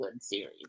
series